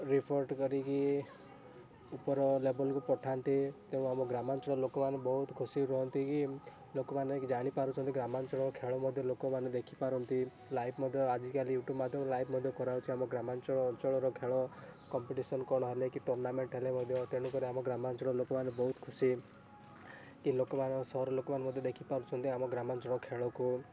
report କରିକି ଉପର ଲେବଲ୍କୁ ପଠାନ୍ତି ତେଣୁ ଆମ ଗ୍ରାମାଞ୍ଚଳର ଲୋକ ମାନେ ବହୁତ ଖୁସି ହୁଅନ୍ତି କି ଲୋକମାନେ ଜାଣି ପାରୁଛନ୍ତି ଗ୍ରାମାଞ୍ଚଳର ଖେଳ ମଧ୍ୟ ଲୋକମାନେ ଦେଖିପାରନ୍ତି ଲାଇଭ୍ ମଧ୍ୟ ଆଜିକାଲି ୟୁଟ୍ୟୁବ୍ ମାଧ୍ୟମରେ ଲାଇଭ୍ ମଧ୍ୟ କରାଯାଉଛି ଆମ ଗ୍ରାମାଞ୍ଚଳ ଅଞ୍ଚଳର ଖେଳ କମ୍ପିଡ଼ିସନ୍ କ'ଣ ହେଲା କି ଟୁର୍ଣ୍ଣାମେଣ୍ଟ୍ ହେଲେ ମଧ୍ୟ ତେଣୁ କରି ଆମ ଗ୍ରାମାଞ୍ଚଳର ଲୋକମାନେ ବହୁତ ଖୁସି କି ଲୋକମାନେ ସହରର ଲୋକମାନେ ଦେଖିପାରୁଛନ୍ତି ଆମ ଗ୍ରାମାଞ୍ଚଳର ଖେଳକୁ